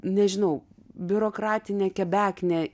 nežinau biurokratinė kebeknė